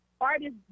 artists